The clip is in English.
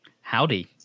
Howdy